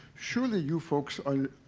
surely you folks are